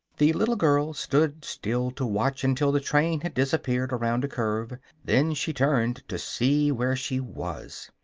the little girl stood still to watch until the train had disappeared around a curve then she turned to see where she was.